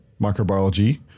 microbiology